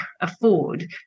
afford